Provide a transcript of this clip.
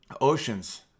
Oceans